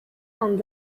and